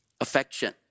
Affection